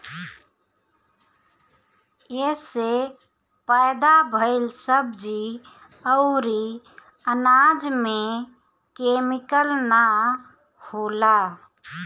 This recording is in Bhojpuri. एसे पैदा भइल सब्जी अउरी अनाज में केमिकल ना होला